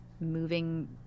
moving